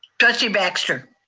trustee baxter.